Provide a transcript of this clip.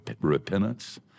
repentance